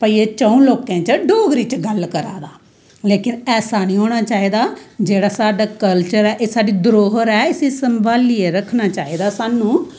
भाई एह् च'ऊं लोकें च डोगरी च गल्ल करा दा लेकिन ऐसा नि होना चाही दा जेह्ड़ा साढ़ा कल्चर ऐ एह् साढ़ी धरोहर ऐ इसी सम्भालियै रक्खना चाही दा स्हानू